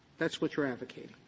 that's what you're advocating.